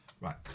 Right